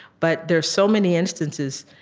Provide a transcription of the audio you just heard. but there are so many instances,